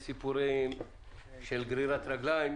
יש סיפורי גרירת רגליים,